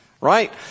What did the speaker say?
right